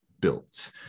built